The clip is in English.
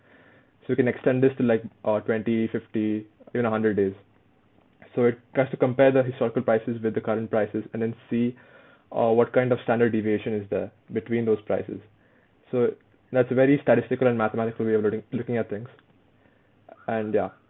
so you can extend this to like uh twenty fifty you know hundred days so it has to compare the historical prices with the current prices and then see uh what kind of standard deviation is there between those prices so that's a very statistical and mathematical way of loading looking at things and ya